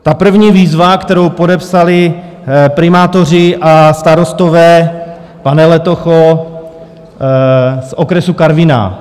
Ta první výzva, kterou podepsali primátoři a starostové pane Letocho z okresu Karviná.